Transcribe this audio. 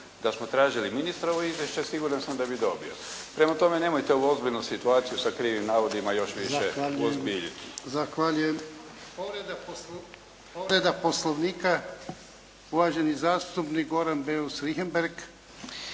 Da smo tražili ministrovo izvješće siguran sam da bi dobio. Prema tome, nemojte ovu ozbiljnu situaciju sa krivim navodima još više uozbiljiti. **Jarnjak, Ivan (HDZ)** Zahvaljujem. Povreda Poslovnika, uvaženi zastupnik Goran Beus Richembergh.